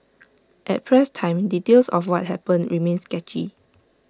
at press time details of what happened remained sketchy